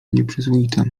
nieprzyzwoita